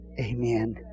Amen